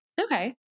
Okay